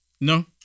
No